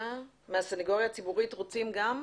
מהסנגוריה הציבורית רוצים גם.